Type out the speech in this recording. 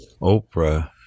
Oprah